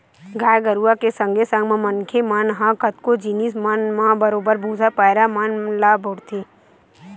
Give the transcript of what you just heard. गाय गरुवा के संगे संग मनखे मन ह कतको जिनिस मन म बरोबर भुसा, पैरा मन ल बउरथे